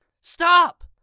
Stop